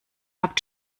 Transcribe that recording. habt